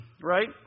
right